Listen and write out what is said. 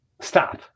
Stop